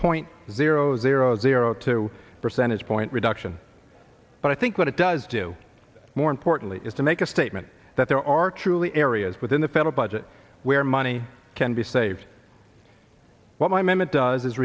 point zero zero zero two percentage point reduction but i think what it does do more importantly is to make a statement that there are truly areas within the federal budget where money can be saved what my mammoth does is